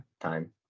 time